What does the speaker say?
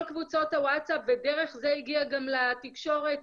קבוצות הוואטסאפ ודרך זה הגיע גם לתקשורת.